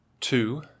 Two